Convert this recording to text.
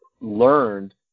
learned